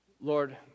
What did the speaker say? Lord